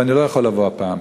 ואני לא יכול לבוא הפעם,